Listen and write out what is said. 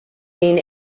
mean